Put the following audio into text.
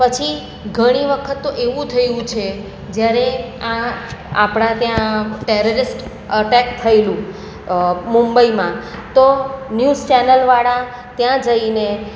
પછી ઘણી વખત તો એવું થયું છે જ્યારે આ આપણા ત્યાં ટેરેરીસ્ટ અટેક થએલું મુંબઈમાં તો ન્યૂઝ ચેનલવાળા ત્યાં જઈને